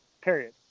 period